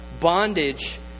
bondage